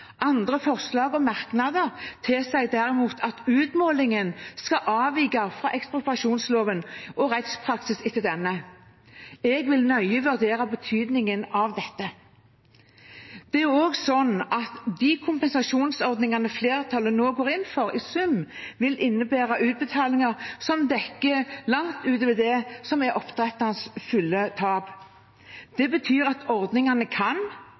Andre forslag og merknader tilsier derimot at utmålingen skal avvike fra ekspropriasjonsloven og rettspraksis etter denne. Jeg vil nøye vurdere betydningen av dette. Det er også sånn at de kompensasjonsordningene som flertallet nå går inn for, i sum vil innebære utbetalinger som dekker langt utover det som er oppdretternes fulle tap. Det betyr at ordningene kan